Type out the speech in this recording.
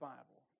Bible